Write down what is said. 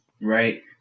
Right